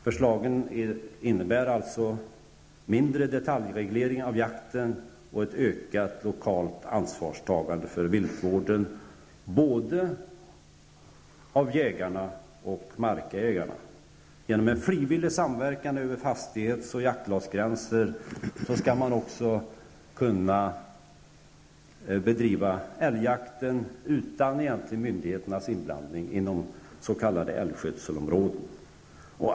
Förslagen innebär alltså mindre detaljreglering av jakten och ett ökat lokalt ansvarstagande för viltvården från både jägarna och markägarna. Genom en frivillig samverkan över fastighets och jaktlagsgränser skall man också kunna bedriva älgjakt inom s.k. älgskötselområden utan myndigheternas inblandning.